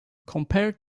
compared